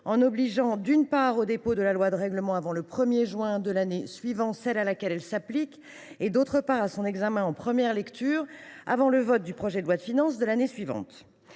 en imposant, d’une part, le dépôt du projet de loi de règlement avant le 1 juin de l’année suivant celle à laquelle il s’applique et, d’autre part, son examen en première lecture avant le vote du projet de loi de finances pour l’année suivante.